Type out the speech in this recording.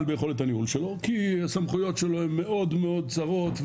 ביכולת הניהול שלו כי הסמכויות שלו הן מאוד מאוד צרות,